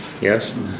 yes